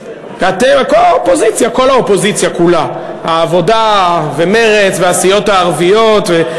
כל האופוזיציה כולה, העבודה ומרצ והסיעות הערביות.